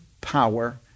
power